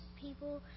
people